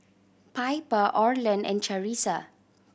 Piper Orland and Charissa